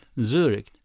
Zurich